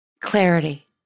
clarity